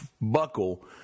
buckle